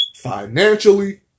financially